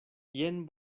jen